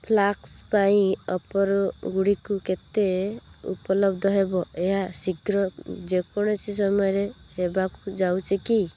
flask ପାଇଁ ଅଫର୍ଗୁଡ଼ିକୁ କେତେ ଉପଲବ୍ଧ ହେବ ଏହା ଶୀଘ୍ର ଯେକୌଣସି ସମୟରେ ହେବାକୁ ଯାଉଛି କି